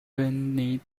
rainy